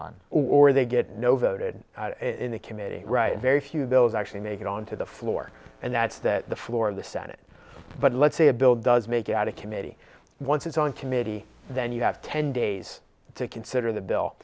on or they get no voted in the committee write very few bills actually make it on to the floor and that's that the floor of the senate but let's say a bill does make it out of committee once it's on committee then you have ten days to consider the bill